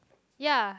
ya